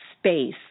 space